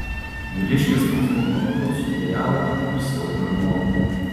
vyriškis melsvu chalatu sudejavo iš siaubo ir nualpo